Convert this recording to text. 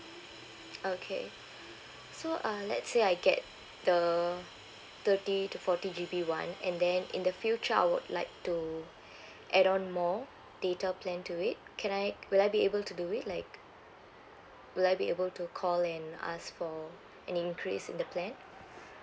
okay so uh let's say I get the thirty to forty G_B one and then in the future I would like to add on more data plan to it can I will I be able to do it like will I be able to call and ask for an increase in the plan